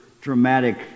dramatic